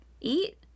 eat